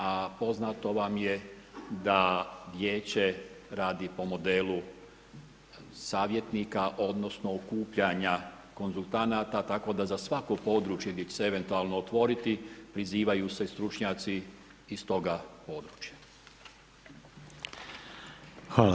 A poznato vam je da vijeće radi po modelu savjetnika, odnosno okupljanja konzultanta tako da za svako područje gdje će se eventualno otvoriti prizivaju se stručnjaci iz toga područja.